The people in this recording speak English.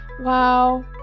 Wow